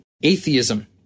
Atheism